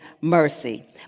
mercy